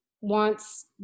wants